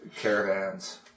caravans